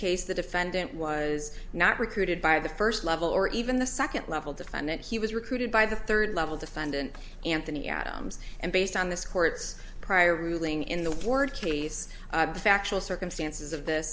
defendant was not recruited by the first level or even the second level defendant he was recruited by the third level defendant anthony adams and based on this court's prior ruling in the board case the factual circumstances of